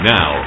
Now